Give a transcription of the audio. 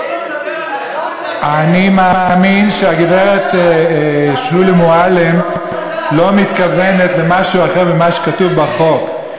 אני מאמין שהגברת שולי מועלם לא מתכוונת למשהו אחר ממה שכתוב בחוק.